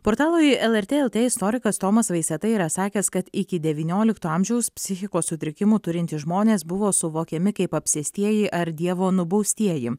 portalui lrt teigė istorikas tomas vaiseta yra sakęs kad iki devyniolikto amžiaus psichikos sutrikimų turintys žmonės buvo suvokiami kaip apsėstieji ar dievo nubaustieji